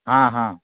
हाँ हाँ